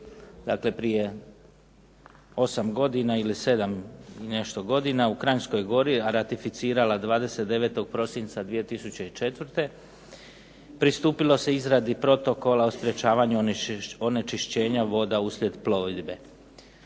dakle prije 8 godina ili 7 i nešto godina u Kranjskoj gori, a ratificirala 29. prosinca 2004., pristupilo se izradi Protokola o sprečavanju onečišćenja voda uslijed plovidbe.